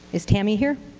is tammy here?